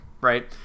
right